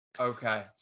okay